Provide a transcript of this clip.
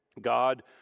God